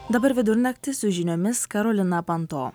dabar vidurnaktis su žiniomis karolina panto